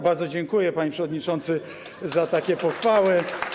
Bardzo dziękuję, panie przewodniczący, za takie pochwały.